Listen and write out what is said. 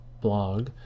blog